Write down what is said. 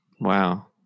Wow